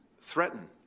threaten